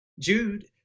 Jude